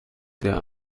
der